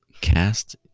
cast